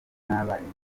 n’abarimu